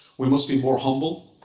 we must be more humble.